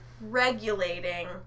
regulating